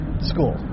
school